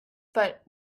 but